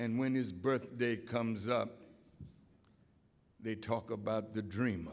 and when his birthday comes up they talk about the dream